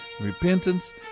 repentance